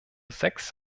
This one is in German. sechs